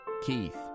Keith